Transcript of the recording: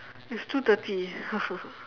it's two thirty